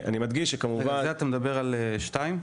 אתה מדבר על החזקה השנייה?